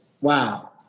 wow